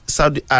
Saudi